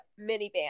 minivan